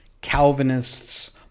Calvinists